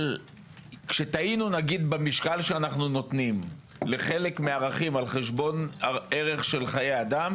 כשטעינו במשקל שאנחנו נתנו לחלק מהערכים על חשבון הערך של חיי אדם